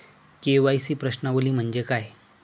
KYC प्रश्नावली म्हणजे काय?